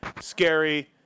scary